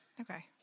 okay